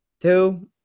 two